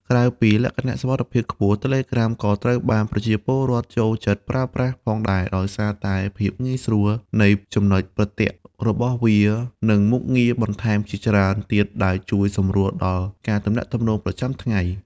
ក្រៅពីលក្ខណៈសុវត្ថិភាពខ្ពស់ Telegram ក៏ត្រូវបានប្រជាពលរដ្ឋចូលចិត្តប្រើប្រាស់ផងដែរ ដោយសារតែ ភាពងាយស្រួល នៃចំណុចប្រទាក់របស់វា និងមុខងារបន្ថែមជាច្រើនទៀតដែលជួយសម្រួលដល់ការទំនាក់ទំនងប្រចាំថ្ងៃ។